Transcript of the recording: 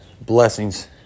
blessings